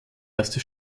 erste